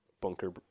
bunker